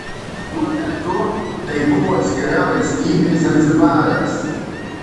tuo metu tai buvo atskira valstybė zanzibaras